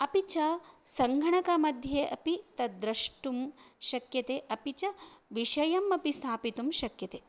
अपि च सङ्गणकमध्ये अपि तद्द्रष्टुं शक्यते अपि च विषयमपि स्थापितुं शक्यते